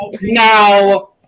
Now